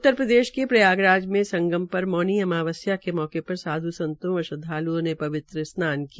उत्तरप्रदेश के प्रयागराज पर मौनी अमावस्या के मौके पर साध् संतों व श्रदवालुओं ने पवित्र स्नान किया